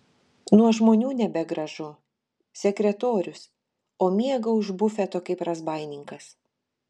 nuo žmonių nebegražu sekretorius o miega už bufeto kaip razbaininkas